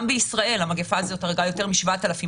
גם בישראל המגיפה הזו הרגה יותר מ-7,000 אנשים.